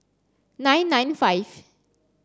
nine nine five